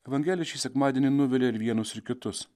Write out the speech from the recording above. evangelija šį sekmadienį nuvilia ir vienus ir kitus